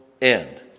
end